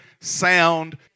sound